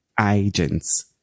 agents